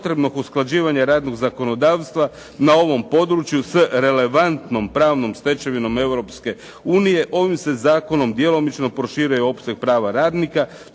nije učinjeno.